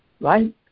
right